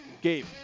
Gabe